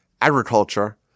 agriculture